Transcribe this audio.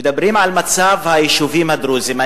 מדברים על מצב היישובים הדרוזיים,